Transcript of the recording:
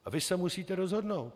A vy se musíte rozhodnout.